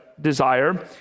desire